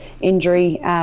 injury